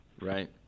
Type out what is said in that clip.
Right